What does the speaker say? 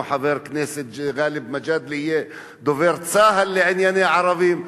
או שחבר הכנסת גאלב מג'אדלה יהיה דובר צה"ל לענייני ערבים,